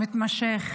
המתמשך